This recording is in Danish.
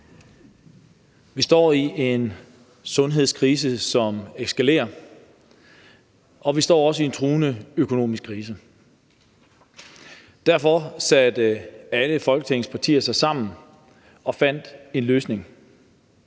Vi står i en sundhedskrise, som eskalerer, og vi står også i en truende økonomisk krise. Derfor satte alle Folketingets partier sig sammen og fandt en løsning.